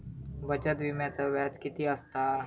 बचत विम्याचा व्याज किती असता?